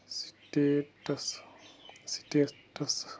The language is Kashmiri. status status